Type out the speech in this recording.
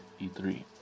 E3